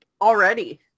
already